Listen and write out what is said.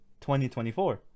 2024